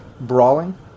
brawling